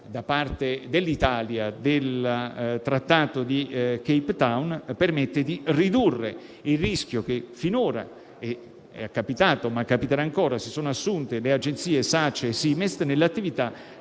da parte dell'Italia, del Trattato di Cape Town permette di ridurre il rischio - finora è capitato e capiterà ancora - che si sono assunte le agenzie Sace e Simest nell'attività